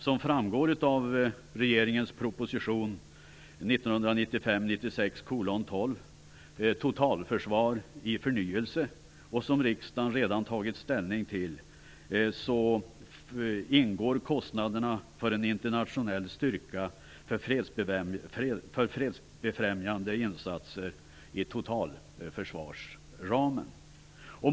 Som framgår av regeringens proposition 1995/96:12, Totalförsvar i förnyelse - som riksdagen redan tagit ställning till - ingår kostnaderna för en internationell styrka för fredsbefrämjande insatser i totalförsvarsramen.